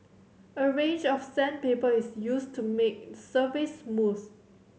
a range of sandpaper is used to make surface smooth